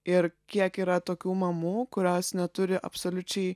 ir kiek yra tokių mamų kurios neturi absoliučiai